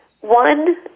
one